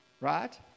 right